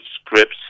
scripts